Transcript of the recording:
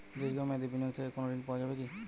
দীর্ঘ মেয়াদি বিনিয়োগ থেকে কোনো ঋন পাওয়া যাবে কী?